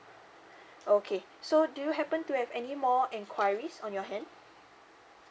okay so do you happen to have any more enquiries on your hand